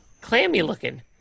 clammy-looking